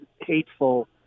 hateful